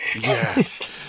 Yes